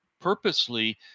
purposely